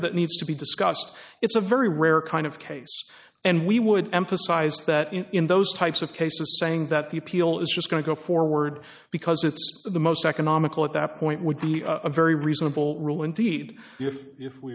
that needs to be discussed it's a very rare kind of case and we would emphasize that in in those types of cases saying that the appeal is just going to go forward because it's the most economical at that point would be a very reasonable rule indeed if if we